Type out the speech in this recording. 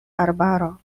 arbaro